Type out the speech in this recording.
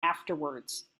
afterwards